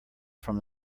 from